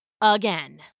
again